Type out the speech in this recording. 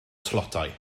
tlotai